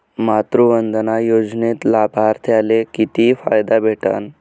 मातृवंदना योजनेत लाभार्थ्याले किती फायदा भेटन?